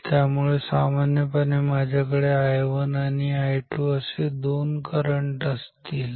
त्यामुळे सामान्यपणे माझ्याकडे I1 आणि I2 असे दोन करंट असतील